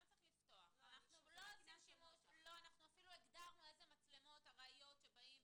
אפילו הגדרנו מה זה מצלמות ארעיות.